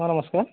sir ନମସ୍କାର